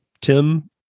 Tim